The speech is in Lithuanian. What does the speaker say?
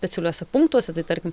specialiuose punktuose tai tarkim